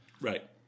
right